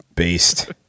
Based